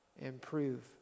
improve